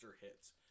hits